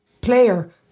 player